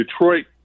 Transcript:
Detroit